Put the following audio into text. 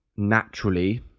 naturally